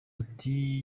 ati